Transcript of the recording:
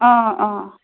অঁ অঁ